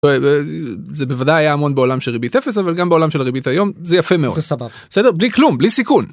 זה בוודאי היה המון בעולם של ריבית אפס, אבל גם בעולם של הריבית היום זה יפה מאוד. זה סבבה. בלי כלום, בלי סיכון!